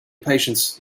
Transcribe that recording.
patience